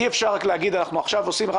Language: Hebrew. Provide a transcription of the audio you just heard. אי אפשר רק להגיד אנחנו עושים עכשיו